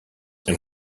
and